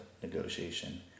negotiation